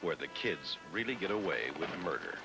where the kids really get away with murder